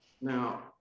Now